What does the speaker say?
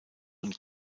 und